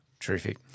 Terrific